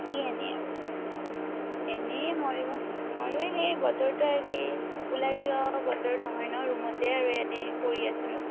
কি এনেই আৰু এনেই ময়ো ময়ো সেই বতৰটো আজি ওলাই যোৱা বতৰ নহয় ন ৰুমতে আৰু এনে পৰি আছিলোঁ